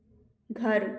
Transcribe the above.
घर